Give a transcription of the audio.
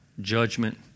judgment